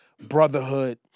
brotherhood